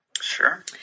Sure